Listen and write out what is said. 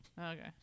Okay